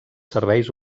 serveis